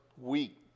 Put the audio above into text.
week